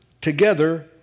together